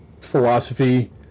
philosophy